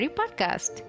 podcast